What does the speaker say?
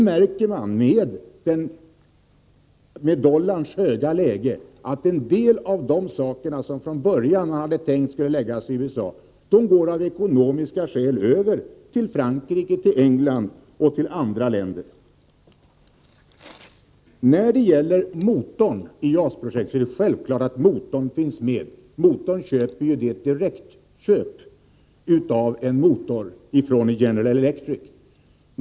Mot bakgrund av dollarns höga läge i dag märker man att en del av det som i början skulle förläggas till USA måste av ekonomiska skäl gå över till Frankrike, England och andra länder. Beträffande JAS-projektet är det ju självklart att motorn finns med. Det gäller direktköp av en motor från General Electric.